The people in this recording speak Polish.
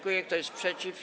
Kto jest przeciw?